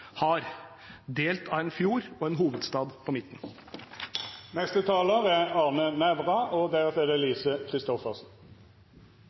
har, delt av en fjord og en hovedstad på midten? Hvis salen er i tvil, er jeg fra Buskerud, og